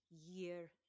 year